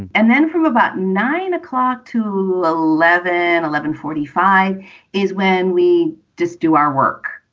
and then from about nine o'clock to ah eleven, and eleven forty five is when we just do our work.